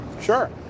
Sure